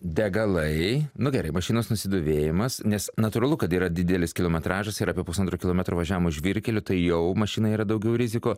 degalai nu gerai mašinos nusidėvėjimas nes natūralu kad yra didelis kilometražas ir apie pusantro kilometro važiavimo žvyrkeliu tai jau mašinai yra daugiau rizikų